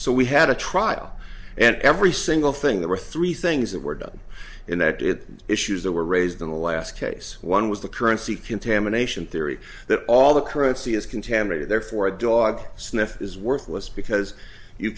so we had a trial and every single thing there were three things that were done in that it issues that were raised in the last case one was the currency contamination theory that all the currency is contaminated there for a dog sniff is worthless because you